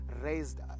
raised